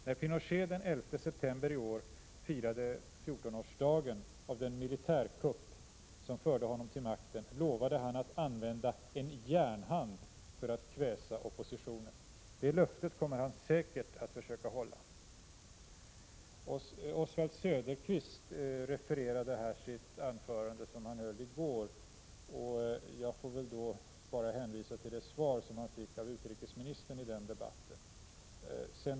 När Pinochet den 11 september i år firade 14-årsdagen av den militärkupp som förde honom till makten lovade han att använda ”en järnhand” för att kväsa oppositionen. Det löftet kommer han säkert att försöka hålla. Oswald Söderqvist refererade till det anförande han höll i går. Jag kan då bara hänvisa till det svar som han fick av utrikesministern i den debatten.